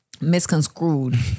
Misconstrued